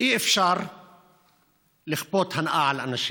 אי-אפשר לכפות הנאה על אנשים,